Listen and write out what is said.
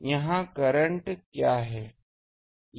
और यहाँ करंट क्या है